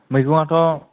मैगंआथ'